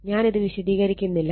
ഞാൻ അത് വിശദീകരിക്കുന്നില്ല